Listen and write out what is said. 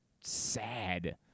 sad